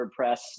WordPress